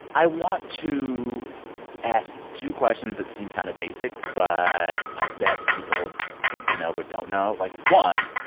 i want to ask two questions that seem kind of basic. but i bet people think they know but don't know. like, one,